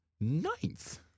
ninth